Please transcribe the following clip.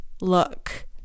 look